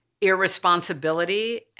irresponsibility